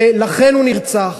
ולכן הוא נרצח.